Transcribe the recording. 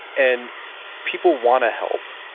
and people want to help.